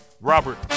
Robert